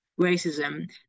racism